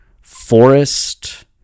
forest